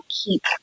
keep